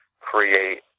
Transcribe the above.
create